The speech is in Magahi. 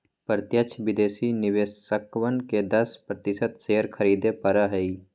प्रत्यक्ष विदेशी निवेशकवन के दस प्रतिशत शेयर खरीदे पड़ा हई